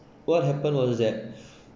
what happened was that